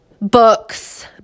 Books